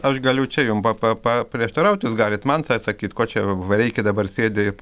aš galiu čia jum pa pa paprieštaraut jūs galit man sa sakyt ko čia vareiki dabar sėdi